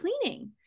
cleaning